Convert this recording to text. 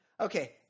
Okay